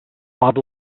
bob